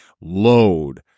load